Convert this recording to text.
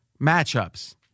matchups